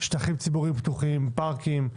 שטחים ציבוריים פתוחים, פארקים.